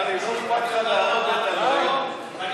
נראה לי שאתה מותש,